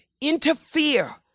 interfere